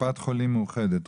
קופת חולים מאוחדת.